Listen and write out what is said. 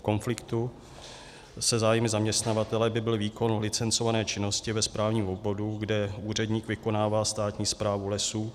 V konfliktu se zájmy zaměstnavatele by byl výkon licencované činnosti ve správním obvodu, kde úředník vykonává státní správu lesů.